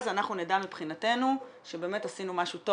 אז אנחנו נדע מבחינתנו שבאמת עשינו משהו טוב